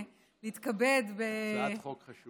הצעת חוק חשובה.